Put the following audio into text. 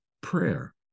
prayer